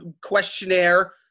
questionnaire